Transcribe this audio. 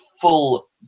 full